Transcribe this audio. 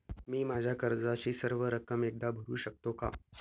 मी माझ्या कर्जाची सर्व रक्कम एकदा भरू शकतो का?